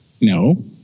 No